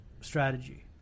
strategy